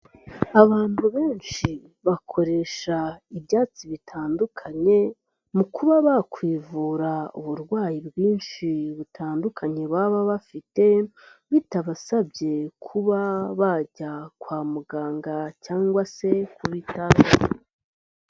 Abantu benshi bakoresha ibyatsi bitandukanye mu kuba bakwivura uburwayi bwinshi butandukanye baba bafite, bitabasabye kuba bajya kwa muganga cyangwa se kubita.